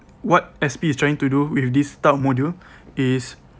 what S_P is trying to do with this type of module is